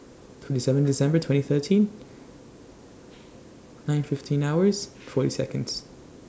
twenty seven December twenty thirteen nine fifteen hours forty Seconds